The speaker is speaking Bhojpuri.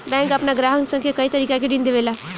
बैंक आपना ग्राहक सन के कए तरीका के ऋण देवेला